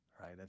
right